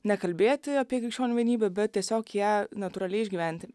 ne kalbėti apie krikščionių vienybę bet tiesiog ją natūraliai išgyventi